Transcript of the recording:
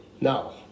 No